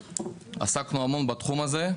עסקנו המון בתחום הזה.